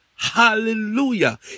Hallelujah